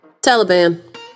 Taliban